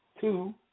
Two